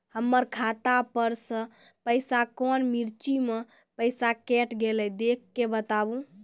हमर खाता पर से पैसा कौन मिर्ची मे पैसा कैट गेलौ देख के बताबू?